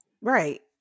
Right